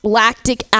lactic